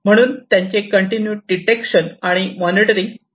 म्हणून त्यांचे continue detection आणि मॉनिटरिंग आवश्यक असते